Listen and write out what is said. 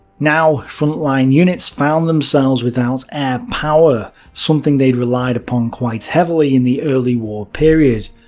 now front line units found themselves without air-power something they'd relied upon quite heavily in the early-war period,